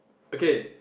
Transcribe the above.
okay